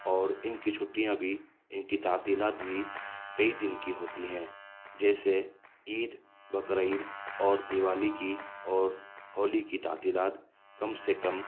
اور ان کی چھٹیاں بھی ان کی تعطیلات بھی کئی دن کی ہوتی ہیں جیسے عید بقر عید اور دیوالی کی اور ہولی کی تعطیلات کم سے کم